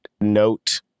note